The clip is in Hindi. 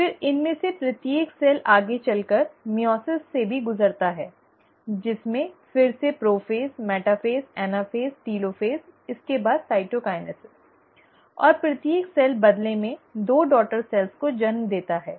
फिर इनमें से प्रत्येक कोशिका आगे चलकर मइओसिस से भी गुजरती है जिसमें फिर से प्रोफ़ेज़ मेटाफ़ेज़ एनाफ़ेज़ टेलोफ़ेज़ इसके बाद साइटोकाइनेसिस और प्रत्येक कोशिका बदले में दो डॉटर सेल्स को जन्म देती है